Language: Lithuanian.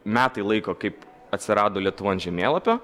metai laiko kaip atsirado lietuva ant žemėlapio